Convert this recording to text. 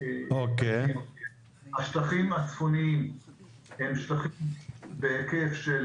שקף 3 השטחים הצפוניים הם שטחים בהיקף של